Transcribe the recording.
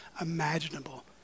imaginable